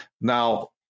Now